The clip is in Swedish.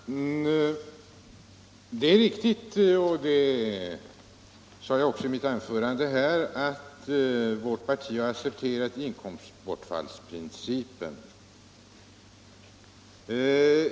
Herr talman! Det är riktigt, och det sade jag också i mitt tidigare anförande, att vårt parti har accepterat inkomstbortfallsprincipen.